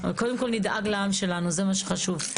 קודם כל נדאג לעם שלנו, זה מה שחשוב.